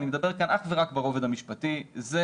אני מדבר כאן אך ורק ברובד המשפטי הוא